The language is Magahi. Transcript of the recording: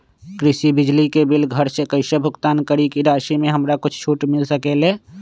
कृषि बिजली के बिल घर से कईसे भुगतान करी की राशि मे हमरा कुछ छूट मिल सकेले?